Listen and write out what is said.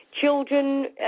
children